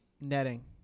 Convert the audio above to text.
Netting